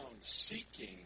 seeking